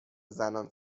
زنان